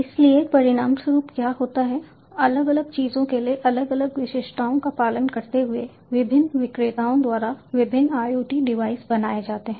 इसलिए परिणामस्वरूप क्या होता है अलग अलग चीजों के लिए अलग अलग विशिष्टताओं का पालन करते हुए विभिन्न विक्रेताओं द्वारा विभिन्न IoT डिवाइस बनाए जाते हैं